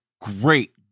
great